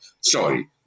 Sorry